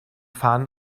fahnen